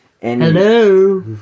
Hello